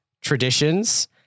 traditions